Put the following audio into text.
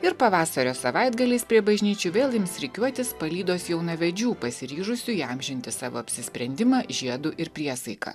ir pavasario savaitgaliais prie bažnyčių vėl ims rikiuotis palydos jaunavedžių pasiryžusių įamžinti savo apsisprendimą žiedu ir priesaika